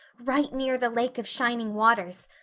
right near the lake of shining waters.